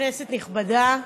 כנסת נכבדה,